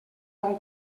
bon